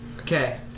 Okay